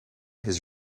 his